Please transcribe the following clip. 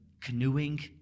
canoeing